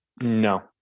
No